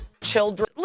children